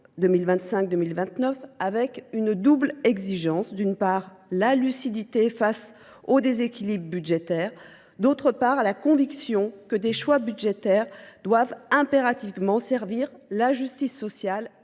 2025-2029 avec une double exigence, d'une part la lucidité face au déséquilibre budgétaire, d'autre part la conviction que des choix budgétaires doivent impérativement servir la justice sociale et